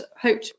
hope